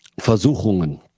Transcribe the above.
Versuchungen